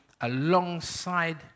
alongside